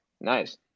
nice